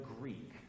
Greek